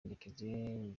ndekezi